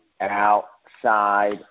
outside